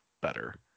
better